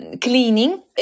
cleaning